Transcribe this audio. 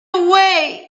away